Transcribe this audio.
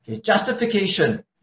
Justification